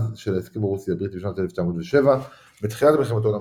אז של ההסכם הרוסי-בריטי משנת 1907. בתחילת מלחמת העולם